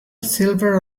silver